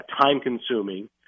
time-consuming